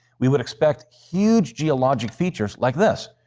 we would expect huge geologic features like this.